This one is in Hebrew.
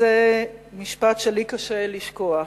וזה משפט שלי קשה לשכוח: